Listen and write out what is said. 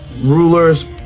rulers